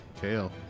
Kale